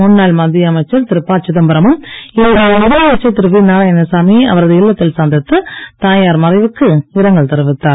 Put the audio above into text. முன்னாள் மத்திய அமைச்சர் திரு ப சிதம்பரமும் இன்று முதலமைச்சர் திரு வி நாராயணசாமியை அவரது இல்லத்தில் சந்தித்து தாயார் மறைவுக்கு இரங்கல் தெரிவித்தார்